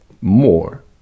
more